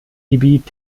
gebiet